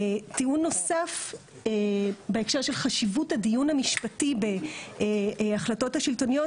טיעון נוסף בהקשר של חשיבות הדיון המשפטי בהחלטות השלטוניות,